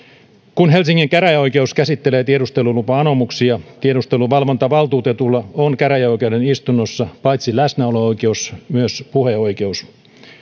kun helsingin käräjäoikeus käsittelee tiedustelulupa anomuksia tiedusteluvalvontavaltuutetulla on käräjäoikeuden istunnossa paitsi läsnäolo oikeus myös puheoikeus